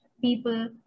people